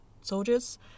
soldiers